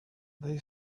they